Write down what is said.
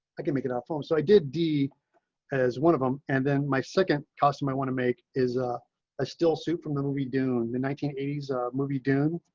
i can make an iphone. so i did d as one of them. and then my second costume. i want to make is a ah still suit from the movie dune the nineteen eighty s movie dune